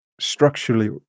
structurally